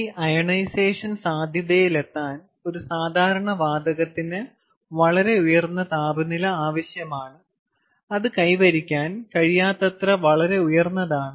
ഈ അയോണൈസേഷൻ സാധ്യതയിലെത്താൻ ഒരു സാധാരണ വാതകത്തിന് വളരെ ഉയർന്ന താപനില ആവശ്യമാണ് അത് കൈവരിക്കാൻ കഴിയാത്തത്ര വളരെ ഉയർന്നതാണ്